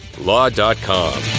Law.com